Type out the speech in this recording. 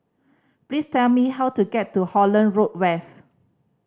please tell me how to get to Holland Road West